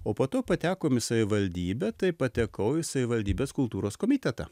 o po to patekom į savivaldybę taip patekau į savivaldybės kultūros komitetą